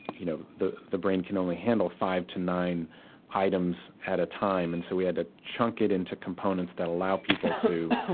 you know, the the brain can only handle five to nine items at a time. and so we had to chunk it into components that allow people to,